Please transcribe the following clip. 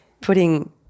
putting